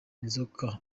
inzoka